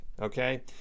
okay